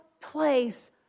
place